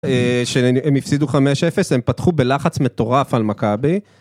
שהם הפסידו 5-0, הם פתחו בלחץ מטורף על מכבי.